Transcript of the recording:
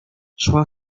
szła